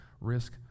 risk